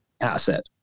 asset